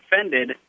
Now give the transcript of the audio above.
offended